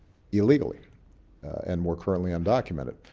illegally and were currently undocumented.